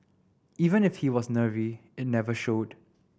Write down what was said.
even if he was nervy it never showed